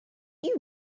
you